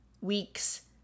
weeks